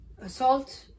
assault